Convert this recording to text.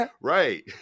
Right